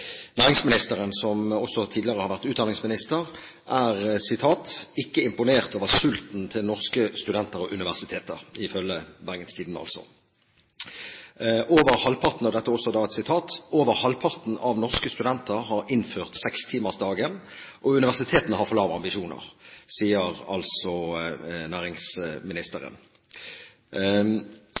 Næringsministeren, som også tidligere har vært utdanningsminister, er ifølge Bergens Tidende «ikke imponert over sulten til norske studenter og universiteter». Han sier: «Over halvparten av norske studenter har innført sekstimersdagen, og universitetene har for lave ambisjoner.» Han sier